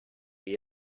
you